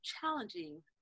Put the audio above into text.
challenging